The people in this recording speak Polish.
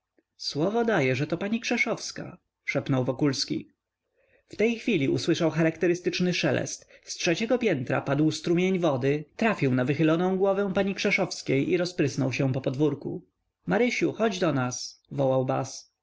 słowo daję że to pani krzeszowska szepnął wokulski w tej chwili usłyszał charakterystyczny szelest z trzeciego piętra padł strumień wody trafił na wychyloną głowę pani krzeszowskiej i rozprysnął się po podwórku marysiu choć do nas wołał